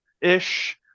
ish